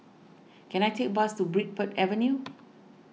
can I take a bus to Bridport Avenue